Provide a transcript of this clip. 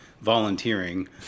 volunteering